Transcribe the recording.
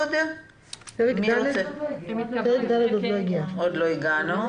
לפרק ד' עוד לא הגענו.